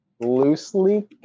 Loosely